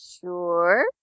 Sure